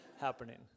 happening